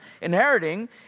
inheriting